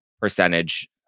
percentage